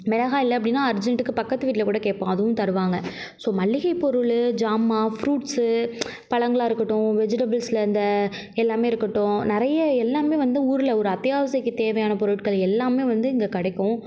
மிளகா இல்லை அப்படினா அர்ஜன்டுக்கு பக்கத்துக்கு வீட்டில் கூட கேட்போம் அதுவும் தருவாங்க ஸோ மல்லிகை பொருள் சாமான் ஃப்ரூட்ஸு பழங்களாக இருக்கட்டும் வெஜிடபிள்ஸில் இந்த எல்லாமே இருக்கட்டும் நிறைய எல்லாமே வந்து ஊரில் ஒரு அத்தியாவசியத்துக்கு தேவையான பொருட்கள் எல்லாமே வந்து இங்கே கிடைக்கும்